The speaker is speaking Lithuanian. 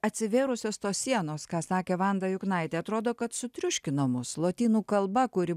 atsivėrusios tos sienos ką sakė vanda juknaitė atrodo kad sutriuškino mus lotynų kalba kuri